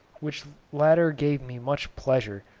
which latter gave me much pleasure,